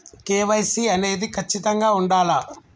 KYC అనేది ఖచ్చితంగా ఉండాలా?